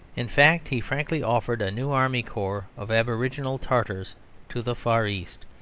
in fact, he frankly offered a new army corps of aboriginal tartars to the far east,